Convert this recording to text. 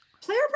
Player